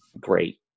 great